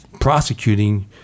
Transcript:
prosecuting